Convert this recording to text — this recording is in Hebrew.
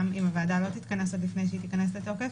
גם אם הוועדה לא תתכנס עד לפני שהיא תיכנס לתוקף.